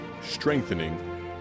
strengthening